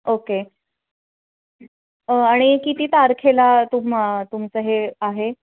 okay आणि किती तारखेला तुम्हा तुमचं हे आहे